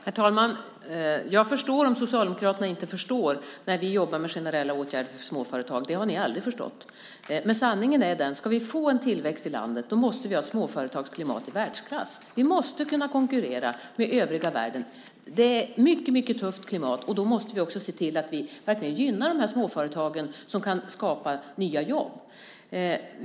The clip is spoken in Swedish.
Herr talman! Jag förstår att Socialdemokraterna inte förstår när vi jobbar med generella åtgärder för småföretag. Det har de aldrig förstått. Sanningen är den att om vi ska få tillväxt i landet måste vi ha ett småföretagsklimat i världsklass. Vi måste kunna konkurrera med övriga världen. Det är ett mycket tufft klimat, och då måste vi också se till att vi verkligen gynnar småföretagen, som kan skapa nya jobb.